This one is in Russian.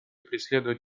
преследуют